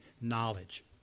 knowledge